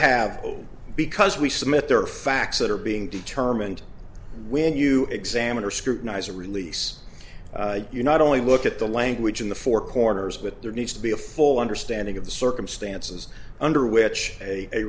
have because we submit there are facts that are being determined when you examine or scrutinize a release you not only look at the language in the four corners with there needs to be a full understanding of the circumstances under which a